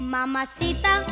Mamacita